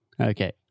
Okay